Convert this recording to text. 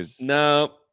No